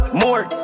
more